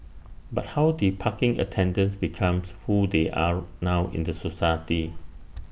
but how did parking attendants becomes who they are now in the society